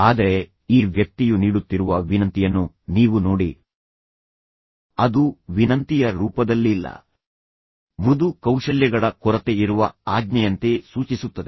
ಆದರೆ ಈ ವ್ಯಕ್ತಿಯು ನೀಡುತ್ತಿರುವ ವಿನಂತಿಯನ್ನು ನೀವು ನೋಡಿ ಅದು ವಿನಂತಿಯ ರೂಪದಲ್ಲಿಲ್ಲ ಮೃದು ಕೌಶಲ್ಯಗಳ ಕೊರತೆಯಿರುವ ಆಜ್ಞೆಯಂತೆ ಸೂಚಿಸುತ್ತದೆ